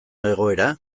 egoera